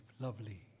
lovely